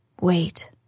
Wait